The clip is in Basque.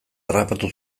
harrapatu